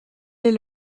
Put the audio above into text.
est